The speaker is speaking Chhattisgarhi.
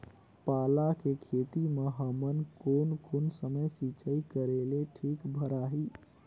पाला के खेती मां हमन कोन कोन समय सिंचाई करेले ठीक भराही?